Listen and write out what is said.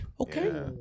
Okay